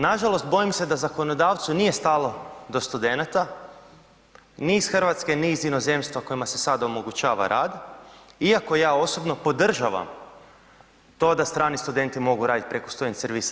Nažalost bojim se da zakonodavcu nije stalo do studenata, ni iz Hrvatske ni iz inozemstva kojima se sad omogućava rad, iako ja osobno podržavam to da strani studenti mogu raditi preko student servisa.